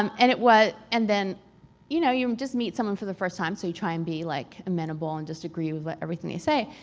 um and it was. and then you know you just meet someone for the first time, so you try and be like amenable and disagree with like everything they say.